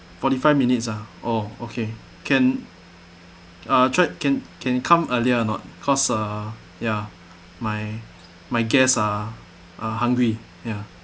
forty five minutes ah oh okay can ah try can can come earlier or not cause uh ya my my guests are are hungry ya